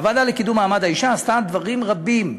הוועדה לקידום מעמד האישה עשתה דברים רבים.